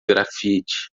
graffiti